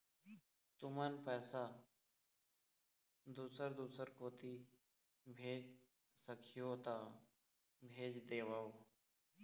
तुमन पैसा दूसर दूसर कोती भेज सखीहो ता भेज देवव?